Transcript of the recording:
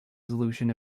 solution